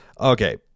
Okay